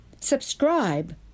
Subscribe